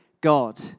God